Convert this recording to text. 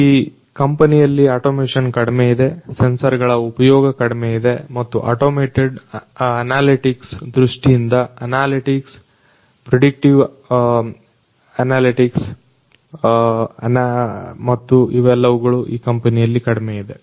ಈ ಕಂಪನಿಯಲ್ಲಿ ಅಟೋಮೇಶನ್ ಕಡಿಮೆ ಇದೆ ಸೆನ್ಸರ್ ಗಳ ಉಪಯೋಗ ಕಡಿಮೆ ಇದೆ ಮತ್ತು ಆಟೋಮೇಟೆಡ್ ಅನಾಲಿಟಿಕ್ಸ್ ದೃಷ್ಟಿಯಿಂದ ಅನಾಲಿಟಿಕ್ಸ್ ಪ್ರೆಡಿಕ್ಟಿವ್ ಅನಾಲಿಟಿಕ್ಸ್ ಮತ್ತು ಇವೆಲ್ಲವುಗಳು ಈ ಕಂಪನಿಯಲ್ಲಿ ಕಡಿಮೆಯಿವೆ